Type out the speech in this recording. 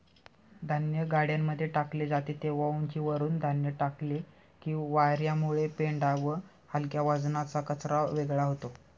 धान्य गाड्यांमध्ये टाकले जाते तेव्हा उंचीवरुन धान्य टाकले की वार्यामुळे पेंढा व हलक्या वजनाचा कचरा वेगळा होतो